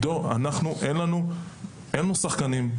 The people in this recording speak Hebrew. אין לנו שחקנים.